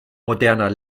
moderner